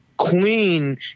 Queen